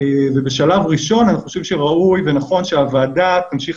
ובשלב ראשון אני חושב שראוי ונכון שהוועדה תמשיך